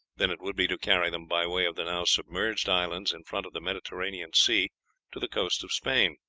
than it would be to carry them by way of the now submerged islands in front of the mediterranean sea to the coast of spain.